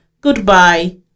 Goodbye